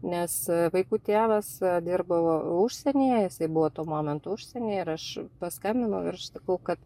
nes vaikų tėvas dirbo užsienyje jisai buvo tuo momentu užsieny ir aš paskambinau ir sakau kad